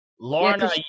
Lorna